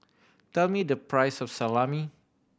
tell me the price of Salami